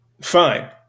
Fine